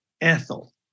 Ethel